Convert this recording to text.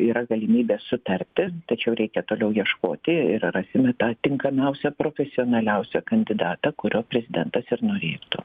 yra galimybė sutarti tačiau reikia toliau ieškoti ir rasime tą tinkamiausią profesionaliausią kandidatą kurio prezidentas ir norėtų